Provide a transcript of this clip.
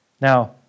Now